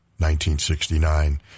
1969